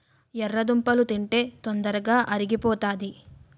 ఎర్రదుంపలు తింటే తొందరగా అరిగిపోతాది